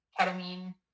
ketamine